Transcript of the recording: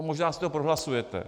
Možná si to prohlasujete.